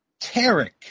Tarek